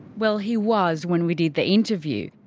well, he was when we did the interview.